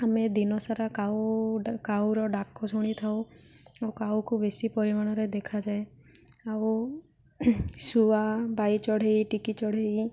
ଆମେ ଦିନସାରା କାଉଟା କାଉର ଡାକ ଶୁଣି ଥାଉ ଆଉ କାଉକୁ ବେଶୀ ପରିମାଣରେ ଦେଖାଯାଏ ଆଉ ଶୁଆ ବାଇଚଢ଼େଇ ଟିକି ଚଢ଼େଇ